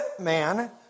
man